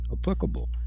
applicable